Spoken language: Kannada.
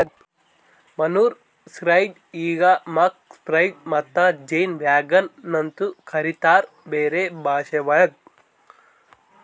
ಮನೂರ್ ಸ್ಪ್ರೆಡ್ರ್ ಈಗ್ ಮಕ್ ಸ್ಪ್ರೆಡ್ರ್ ಮತ್ತ ಜೇನ್ ವ್ಯಾಗನ್ ನು ಅಂತ ಕರಿತಾರ್ ಬೇರೆ ಭಾಷೆವಳಗ್